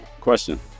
Question